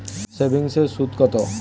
সেভিংসে সুদ কত?